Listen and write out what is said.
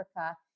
Africa